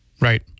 Right